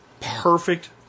perfect